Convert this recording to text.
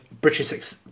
british